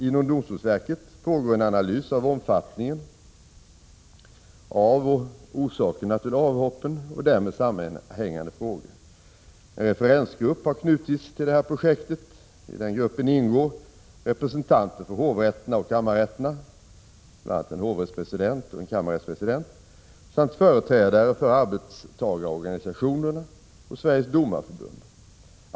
Inom domstolsverket pågår en analys av omfattningen av och orsakerna till avhoppen och därmed sammanhängande frågor. En referensgrupp har knutits till detta projekt. I referensgruppen ingår representanter för hovrätterna och kammarrätterna samt företrädare för arbetstagarorganisationerna och Sveriges domareförbund.